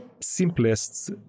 simplest